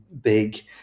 big